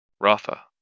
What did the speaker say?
Rafa